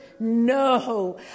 No